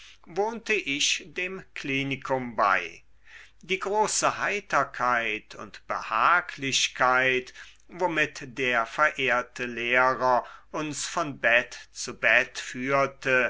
wohnte ich dem klinikum bei die große heiterkeit und behaglichkeit womit der verehrte lehrer uns von bett zu bett führte